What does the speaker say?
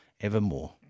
evermore